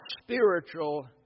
spiritual